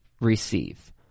receive